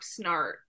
snart